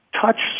Touch